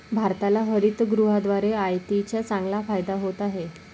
भारताला हरितगृहाद्वारे आयातीचा चांगला फायदा होत आहे